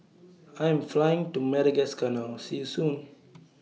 I Am Flying to Madagascar now See YOU Soon